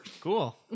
Cool